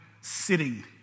sitting